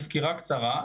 מסקירה קצרה,